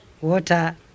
water